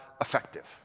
effective